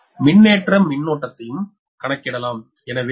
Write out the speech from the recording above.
மேலும் மின்னேற்ற மின்னோட்டத்தையும் கணக்கிடலாம்